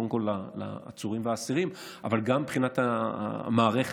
קודם כול לעצורים והאסירים אבל גם מבחינת המערכת.